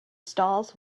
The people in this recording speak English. stalls